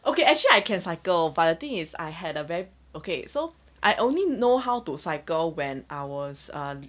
okay actually I can cycle but the thing is I had a very okay so I only know how to cycle when I was uh